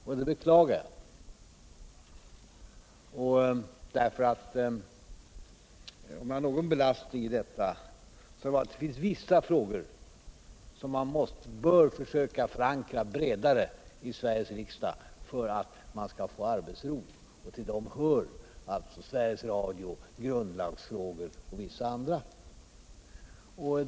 Jag beklagar det därför att det finns vissa frågor som man bör försöka förankra brett i Sveriges riksdag för att man skall kunna få arbetsro. Till dessa hör Sveriges Radios organisation, grundlagsfrågor och vissa andra frågor.